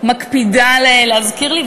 מקפידה להזכיר לי,